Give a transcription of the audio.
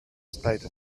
spite